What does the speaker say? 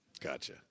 Gotcha